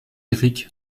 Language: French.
éric